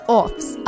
offs